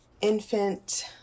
infant